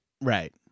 Right